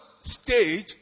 stage